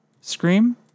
Scream